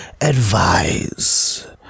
advise